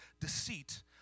deceit